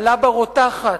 הלבה רותחת,